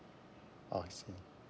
orh I see